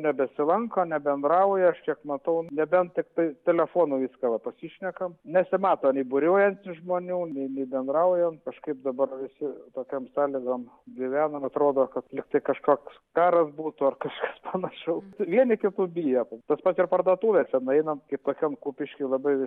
nebesilanko nebendrauja aš kiek matau nebent tiktai telefonu jis vis kalba pasišnekam nesimato nei būriuojantis žmonių nei nei bendraujant kažkaip dabar visi tokiom sąlygom gyvenam atrodo kad lygtai kažkoks karas būtų ar kažkas panašaus vieni kitų bijom tas pat ir parduotuvėse nueinam kaip kokiam kupišky labai